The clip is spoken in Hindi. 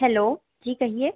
हेलो जी कहिए